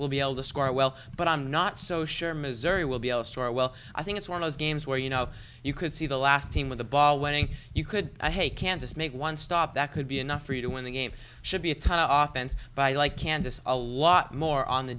will be able to score well but i'm not so sure missouri will be elsewhere well i think it's one of those games where you know you could see the last team with the ball wedding you could a hey can just make one stop that could be enough for you to win the game should be a time off and by like kansas a lot more on the